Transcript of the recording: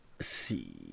see